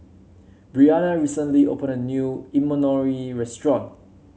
Briana recently opened a new Imoni restaurant